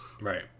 Right